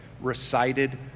recited